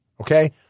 okay